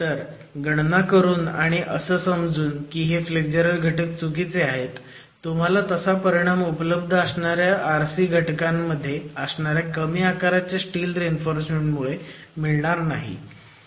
तर गणना करून आणि असं समजून की हे फ्लेग्जरल घटक चुकीचे आहेत तुम्हाला तसा परिणाम उपलब्ध असणाऱ्या RC घटकांमध्ये असणाऱ्या कमी आकाराच्या स्टील रीइन्फोर्समेंट मुळे मिळणार नाही